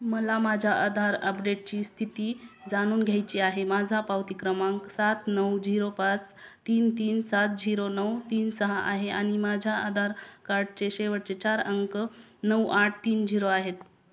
मला माझ्या आधार अपडेटची स्थिती जाणून घ्यायची आहे माझा पावती क्रमांक सात नऊ झिरो पाच तीन तीन सात झिरो नऊ तीन सहा आहे आणि माझ्या आधार कार्डचे शेवटचे चार अंक नऊ आठ तीन झिरो आहेत